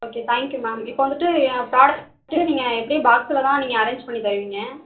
okay thank you ma'am இப்போ வந்துவிட்டு என் ப்ராடக்ட்டு நீங்கள் எப்படியும் பாக்ஸில் தான் நீங்கள் அரேஞ்ச் பண்ணி தருவிங்க